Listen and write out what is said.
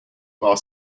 our